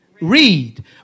Read